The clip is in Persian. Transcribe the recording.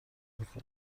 میکنه